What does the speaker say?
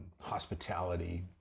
hospitality